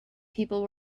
people